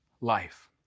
life